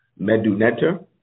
Meduneta